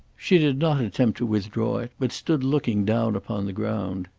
she did not attempt to withdraw it, but stood looking down upon the ground.